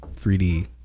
3D